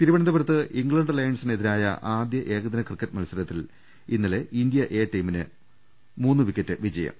തിരുവനന്തപുരത്ത് ഇംഗ്ലണ്ട് ലയൺസിനെതിരായ ആദ്യ ഏകദിന ക്രിക്കറ്റ് മത്സരത്തിൽ ഇന്നലെ ഇന്ത്യ എ ടീമിന് മൂന്ന് വിക്കറ്റ് ജയം